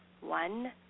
One